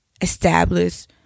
establish